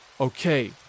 Okay